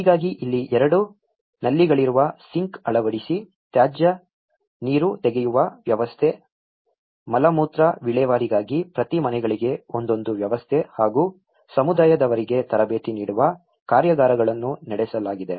ಹೀಗಾಗಿ ಇಲ್ಲಿ ಎರಡು ನಲ್ಲಿಗಳಿರುವ ಸಿಂಕ್ ಅಳವಡಿಸಿ ತ್ಯಾಜ್ಯ ನೀರು ತೆಗೆಯುವ ವ್ಯವಸ್ಥೆ ಮಲಮೂತ್ರ ವಿಲೇವಾರಿಗಾಗಿ ಪ್ರತಿ ಮನೆಗಳಲ್ಲಿ ಒಂದೊಂದು ವ್ಯವಸ್ಥೆ ಹಾಗೂ ಸಮುದಾಯದವರಿಗೆ ತರಬೇತಿ ನೀಡುವ ಕಾರ್ಯಾಗಾರಗಳನ್ನು ನಡೆಸಲಾಗಿದೆ